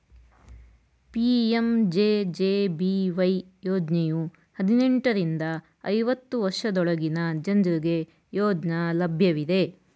PMJJBY ಯೋಜ್ನಯು ಹದಿನೆಂಟು ರಿಂದ ಐವತ್ತು ವರ್ಷದೊಳಗಿನ ಜನ್ರುಗೆ ಯೋಜ್ನ ಲಭ್ಯವಿದೆ